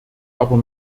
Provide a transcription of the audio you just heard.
aber